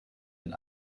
den